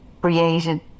created